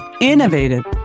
innovative